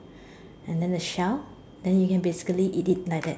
and then the shell then you can basically eat it like that